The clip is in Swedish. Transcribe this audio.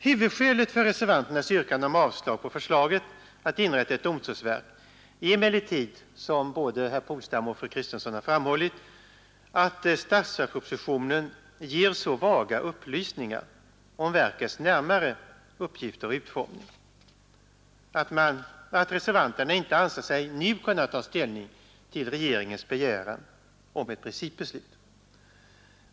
Huvudskälet för reservanternas yrkande om avslag på förslaget att inrätta ett domstolsverk är emellertid, som både herr Polstam och fru Kristensson har framhållit, att statsverkspropositionen ger så vaga upplysningar om verkets närmare uppgifter och utformning att reservanterna inte anser sig nu kunna ta ställning till regeringens begäran om ett principbeslut.